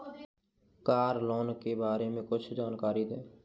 Car loan के बारे में कुछ जानकारी दें?